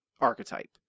archetype